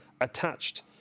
attached